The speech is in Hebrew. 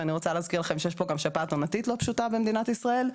ואני רוצה להזכיר לכם שיש פה גם שפעת עונתית לא פשוטה במדינת ישראל.